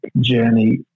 journey